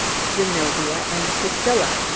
zenobia and priscilla!